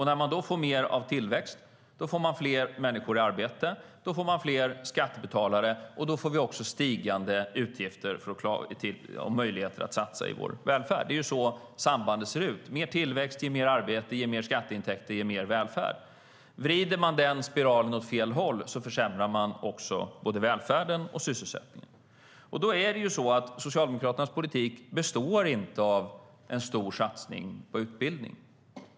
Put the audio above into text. När vi får mer tillväxt får vi fler människor i arbete, då får vi fler skattebetalare, och då får vi också ökade möjligheter, och därmed ökade utgifter, för satsningar i vår välfärd. Det är så sambanden ser ut. Mer tillväxt ger mer arbete, som ger mer skatteintäkter, som ger mer välfärd. Vrider man denna spiral åt fel håll försämrar man både välfärden och sysselsättningen. Socialdemokraternas politik består inte av en stor satsning på utbildning.